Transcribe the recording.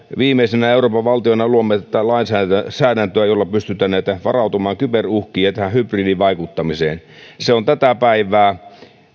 viimeisenä euroopan valtiona luomme tätä lainsäädäntöä jolla pystytään varautumaan kyberuhkiin ja hybridivaikuttamiseen se on tätä päivää